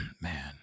Man